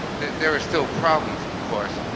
there are still problems of course,